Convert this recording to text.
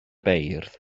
beirdd